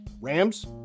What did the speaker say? Rams